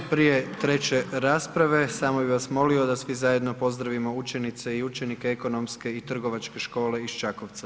Prije 3. rasprave, samo bih vas molio da svi zajedno pozdravimo učenice i učenike Ekonomske i trgovačke škole iz Čakovca.